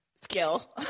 skill